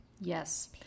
Yes